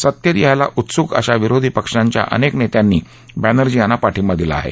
सत्तेत यायला उत्सुक अशा विरोधी पक्षांच्या अनेक नेत्यांनी बॅनर्जी यांना पाठिंबा दिला आहे